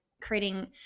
creating –